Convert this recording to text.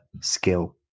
skill